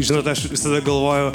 žinot aš visada galvoju